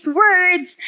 words